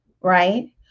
right